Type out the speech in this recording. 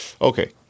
Okay